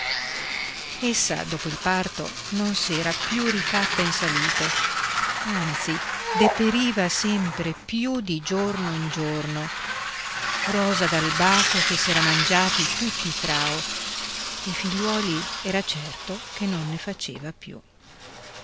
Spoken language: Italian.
eredi essa dopo il parto non s'era più rifatta in salute anzi deperiva sempre più di giorno in giorno rosa dal baco che s'era mangiati tutti i trao e figliuoli era certo che non ne faceva più